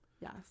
Yes